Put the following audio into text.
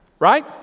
right